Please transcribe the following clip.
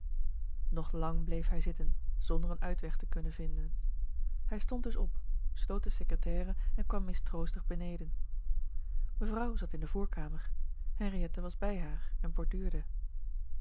nog lang bleef hij zitten zonder een uitweg te kunnen vinden hij stond dus op sloot de secretaire en kwam mistroostig beneden mevrouw zat in de voorkamer henriëtte was bij haar en borduurde